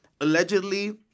Allegedly